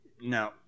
No